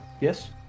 yes